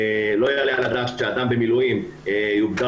לא יעלה על הדעת שכשאדם במילואים יוגדר